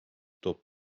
toob